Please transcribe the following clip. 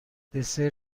دسر